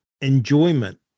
enjoyment